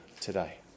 today